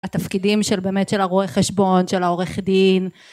התפקידים של באמת של הרואה חשבון, של העורך דין